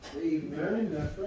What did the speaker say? Amen